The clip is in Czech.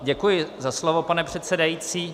Děkuji za slovo, pane předsedající.